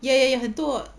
ya ya ya 很多 uh